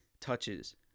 touches